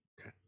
okay